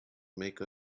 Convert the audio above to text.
make